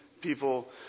people